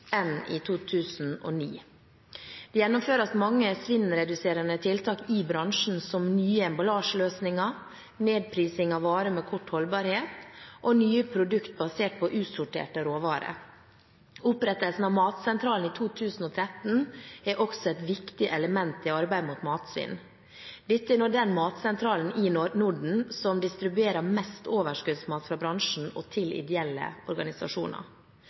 2009. Det gjennomføres mange svinnreduserende tiltak i bransjen, som nye emballasjeløsninger, nedprising av varer med kort holdbarhet og nye produkter basert på utsorterte råvarer. Opprettelsen av Matsentralen i 2013 er også et viktig element i arbeidet mot matsvinn. Dette er nå den matsentralen i Norden som distribuerer mest overskuddsmat fra bransjen og til ideelle organisasjoner.